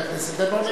דנון.